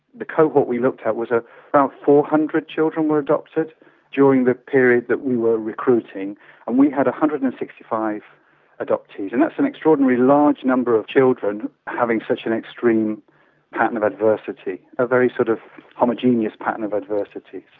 the cohort we looked at was ah around four hundred children were adopted during the period that we were recruiting, and we had one hundred and sixty five adoptees, and that's an extraordinarily large number of children having such an extreme pattern of adversity, a very sort of homogeneous pattern of adversity.